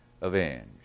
avenged